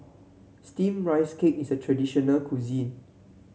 steamed Rice Cake is a traditional cuisine